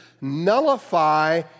nullify